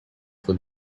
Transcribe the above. for